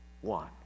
one